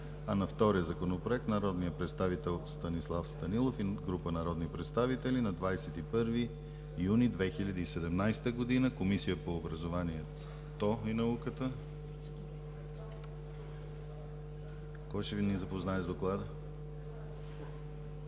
а на втория Законопроект – народният представител Станислав Станилов и група народни представители на 21 юни 2017 г., в Комисията по образованието и науката. Кой ще ни запозна е с доклада?